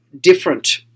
different